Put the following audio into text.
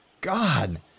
God